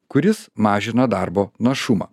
kuris mažina darbo našumą